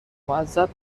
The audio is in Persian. معذب